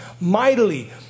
mightily